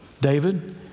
David